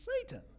Satan